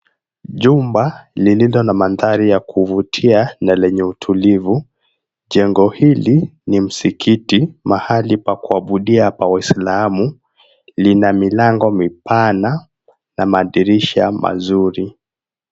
Jumba lililo na mandhari ya kuvutia na lenye utulivu. Jengo hili ni msikiti, mahali pa kuabudia pa waislamu. Lina milango mipana na madirisha mazuri.